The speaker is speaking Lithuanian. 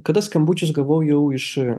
kada skambučius gavau jau iš